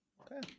Okay